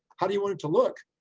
how do you want it to look?